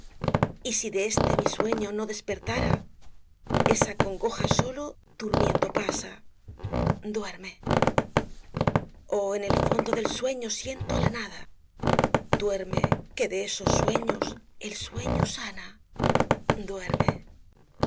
y si de este mi sueño no despertara esa congoja sólo durmiendo pasa duerme oh en el fondo del sueño siento á la nada duerme que de esos sueños el sueño sana duerme